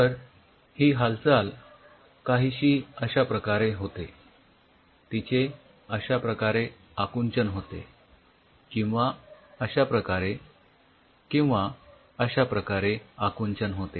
तर ही हालचाल काहीशी अश्या प्रकारे होते तिचे अश्या प्रकारे आकुंचन होते किंवा अश्या प्रकारे किंवा अश्या प्रकारे आकुंचन होते